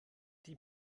die